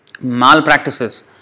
malpractices